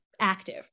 active